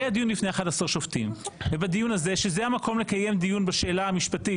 היה דיון בפני 11 שופטים וזה המקום לקיים דיון בשאלה המשפטית,